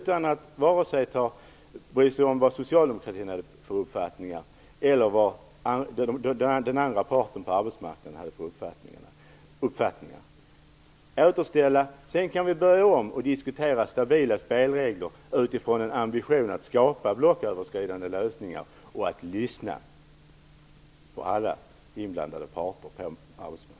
Man brydde sig varken om vilken uppfattning socialdemokratin eller den andra parten på arbetsmarknaden hade. Efter återställarna kan vi börja om och diskutera stabila spelregler utifrån en ambition att skapa blocköverskridande lösningar och att lyssna på alla inblandade parter på arbetsmarknaden.